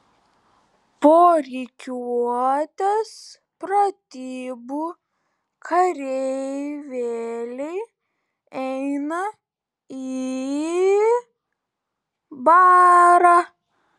po rikiuotės pratybų kareivėliai eina į barą